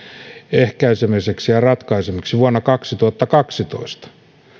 ehkäisemiseksi ja ratkaisemiseksi vuonna kaksituhattakaksitoista